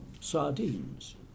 sardines